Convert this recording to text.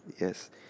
Yes